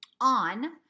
on